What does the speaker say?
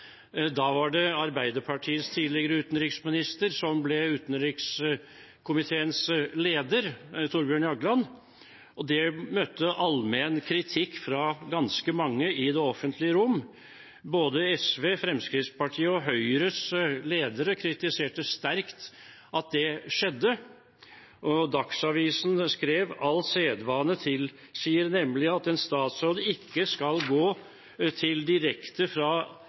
Da var det Arbeiderpartiets tidligere utenriksminister, Thorbjørn Jagland, som ble utenrikskomiteens leder. Det møtte allmenn kritikk fra ganske mange i det offentlige rom. Både SV, Fremskrittspartiet og Høyres ledere kritiserte sterkt at det skjedde. Dagsavisen skrev at all sedvane tilsier at en statsråd ikke skal gå direkte fra